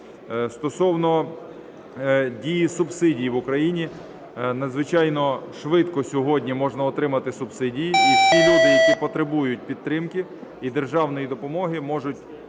Стосовно дії субсидій в Україні. Надзвичайно швидко сьогодні можна отримати субсидії і всі люди, які потребують підтримки і державної допомоги, можуть